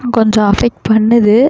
கொஞ்சம் அஃபேக்ட் பண்ணுது